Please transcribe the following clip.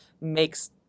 makes